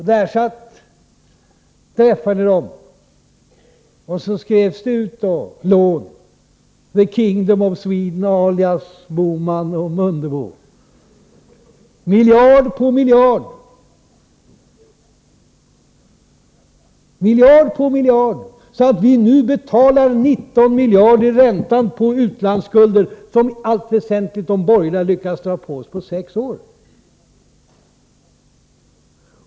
Där träffade ni dem, och det skrevs ut lån, på ”The Kingdom of Sweden”, alias Bohman och Mundebo, miljard på miljard. Vi betalar nu 19 miljarder i ränta på utlandsskulden, som i allt väsentligt de borgerliga lyckades dra på landet under sex år.